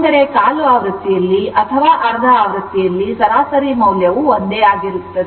ಅಂದರೆ ಕಾಲು ಆವೃತ್ತಿಯಲ್ಲಿ ಅಥವಾ ಅರ್ಧಆವೃತ್ತಿಯಲ್ಲಿ ಸರಾಸರಿ ಮೌಲ್ಯವು ಒಂದೇ ಮೌಲ್ಯ ಆಗಿರುತ್ತದೆ